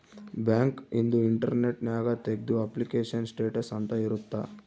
bank ಇಂದು internet ನ್ಯಾಗ ತೆಗ್ದು ಅಪ್ಲಿಕೇಶನ್ ಸ್ಟೇಟಸ್ ಅಂತ ಇರುತ್ತ